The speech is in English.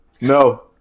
No